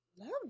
Love